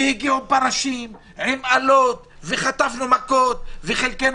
והגיעו פרשים עם אלות וחטפנו מכות וחלקנו